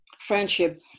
Friendship